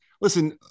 Listen